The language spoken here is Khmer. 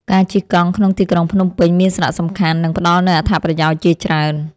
ការជិះកង់ក្នុងទីក្រុងភ្នំពេញ មានសារៈសំខាន់ និងផ្ដល់នូវអត្ថប្រយោជន៍ជាច្រើន។